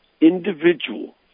individual